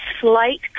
slight